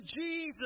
Jesus